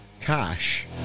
cash